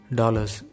dollars